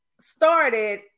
started